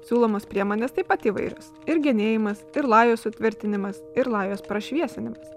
siūlomos priemonės taip pat įvairios ir genėjimas ir lajos sutvirtinimas ir lajos prašviesinamas